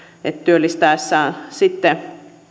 että työllistäessään sitten